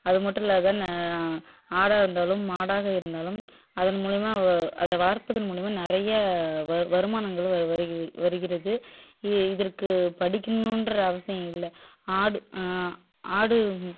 அது மட்டும் இல்லாத நான் ஆடாக இருந்தாலும் மாடாக இருந்தாலும் அதன் மூலிமா வ அதை வளர்ப்பதன் மூலிமா நிறைய வர் வருமானங்களும் வரு வருகிறது வருகிறது இ இதற்கு படிக்கணும்ற அவசியம் இல்லை ஆடு ஆடு